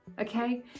okay